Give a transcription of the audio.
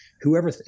whoever